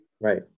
right